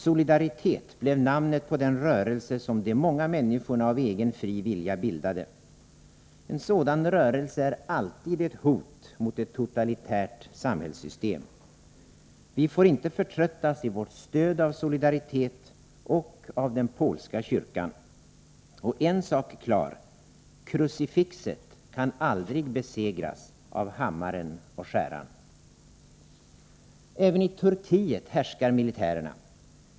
Solidaritet blev namnet på den rörelse som de många människorna av egen fri vilja bildade. En sådan rörelse är alltid ett hot mot ett totalitärt samhällssystem. Vi får inte förtröttas i vårt stöd av Solidaritet och av den polska kyrkan. En sak är klar: Krucifixet kan aldrig besegras av hammaren och skäran. Även i Turkiet härskar militärerna.